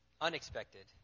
unexpected